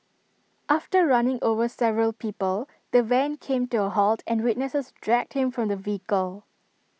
after running over several people the van came to A halt and witnesses dragged him from the vehicle